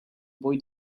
boy